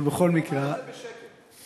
הוא אמר את זה בשקט.